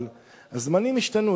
אבל הזמנים השתנו.